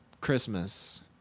Christmas